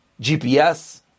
GPS